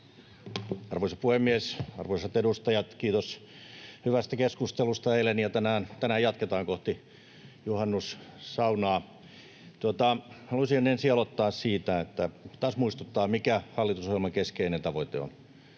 Arvoisa puhemies! Arvoisat edustajat, kiitos hyvästä keskustelusta eilen ja tänään. Tänään jatketaan kohti juhannussaunaa. Haluaisin ensin taas muistuttaa, mikä on hallitusohjelman keskeinen tavoite: